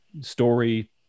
story